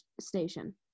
station